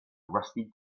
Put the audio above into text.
rusty